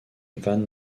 van